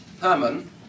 Herman